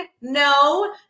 No